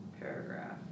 paragraph